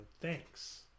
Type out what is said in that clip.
thanks